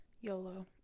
yolo